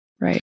Right